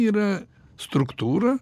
yra struktūra